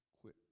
quit